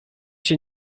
się